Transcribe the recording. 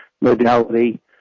modality